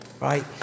right